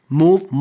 move